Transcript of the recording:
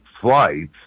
flights